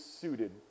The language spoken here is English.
suited